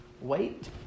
wait